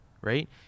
Right